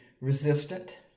resistant